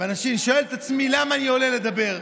ואני שואל את עצמי למה אני עולה לדבר.